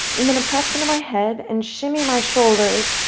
i'm going to press into my head and shimmy my shoulders,